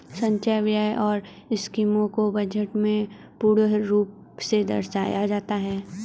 संचय व्यय और स्कीमों को बजट में पूर्ण रूप से दर्शाया जाता है